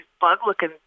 bug-looking